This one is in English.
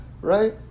right